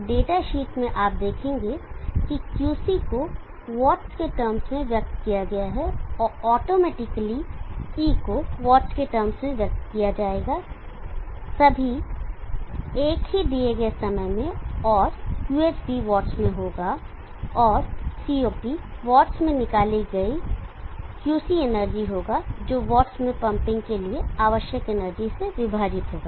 तो data sheet में आप देखेंगे कि Qc को वाट्स के टर्म्स में व्यक्त किया गया है और ऑटोमेटेकली E को वाट्स के टर्म्स में व्यक्त किया जाएगा सभी एक ही दिए गए समय में और QH भी वाट्स में होगा और COP वाट्स में निकाली गई Qc एनर्जी होगा जो वाट्स में पम्पिंग के लिए आवश्यक एनर्जी से विभाजित होगा